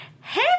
hey